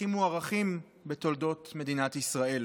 הכי מוערכים בתולדות מדינת ישראל.